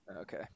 Okay